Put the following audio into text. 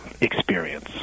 experience